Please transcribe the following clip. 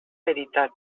veritat